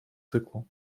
циклу